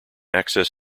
access